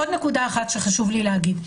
עוד נקודה אחת שחשוב לי להגיד.